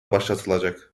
başlatılacak